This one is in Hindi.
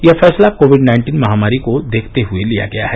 यह फैसला कोविड नाइन्टीन महामारी को देखते हुए लिया गया है